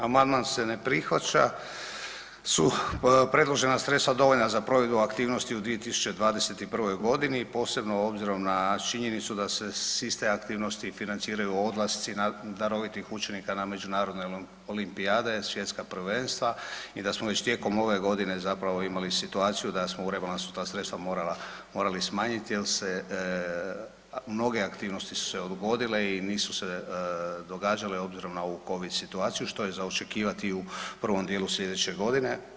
Amandman se ne prihvaća su predložena sredstva dovoljna na provedbu aktivnosti u 2021. godini posebno obzirom na činjenicu da se s iste aktivnosti i financiraju odlasci darovitih učenika na međunarodne olimpijade, svjetska prvenstva i da smo već tijekom ove godine zapravo imali situaciju da smo u rebalansu ta sredstva morala, morali smanjiti jel se mnoge aktivnosti su se odgodile i nisu se događale obzirom na ovu Covid situaciju što je očekivati i u prvom dijelu sljedeće godine.